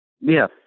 Yes